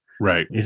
right